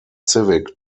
civic